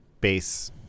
base